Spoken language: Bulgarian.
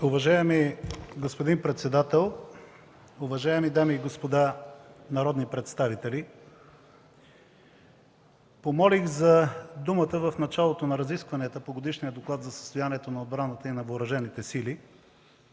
Уважаеми господин председател, уважаеми дами и господа народни представители! Помолих за думата в началото на разискванията по Годишния доклад за състоянието на отбраната и Въоръжените сили,